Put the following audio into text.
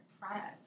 products